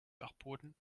dachboden